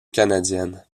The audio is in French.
canadienne